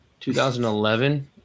2011